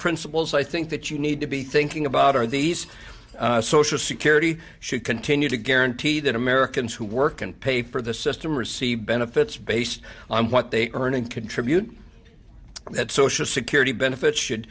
principles i think that you need to be thinking about are these social security should continue to guarantee that americans who work and pay for the system receive benefits based on what they earn and contribute that social security benefits should